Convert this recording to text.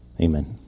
Amen